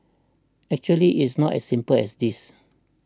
actually it's not as simple as this